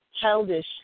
childish